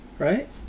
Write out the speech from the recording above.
Right